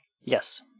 Yes